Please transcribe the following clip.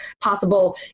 possible